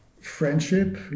friendship